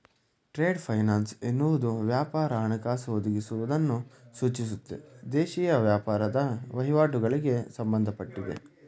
trade finance ಎನ್ನುವುದು ವ್ಯಾಪಾರ ಹಣಕಾಸು ಒದಗಿಸುವುದನ್ನು ಸೂಚಿಸುತ್ತೆ ದೇಶೀಯ ವ್ಯಾಪಾರದ ವಹಿವಾಟುಗಳಿಗೆ ಸಂಬಂಧಪಟ್ಟಿದೆ